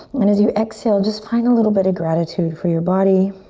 and as you exhale, just find a little bit of gratitude for your body,